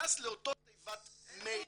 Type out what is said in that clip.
ונכנס לאותו תיבת מייל.